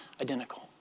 identical